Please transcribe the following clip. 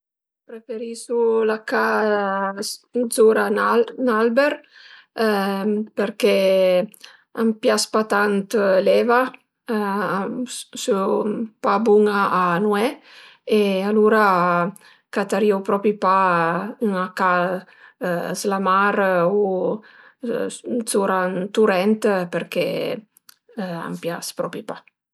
Preferisu la ca zura 'n'alber përché a m'pias pa tant l'eva, sìu pa bun-a a nué e alura catërìu propi pa 'na ca s'la mar u zura ën turent përché a m'pias propi pa